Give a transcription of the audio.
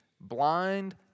blind